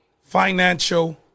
financial